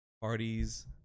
parties